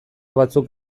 batzuk